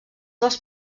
dels